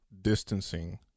distancing